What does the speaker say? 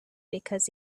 because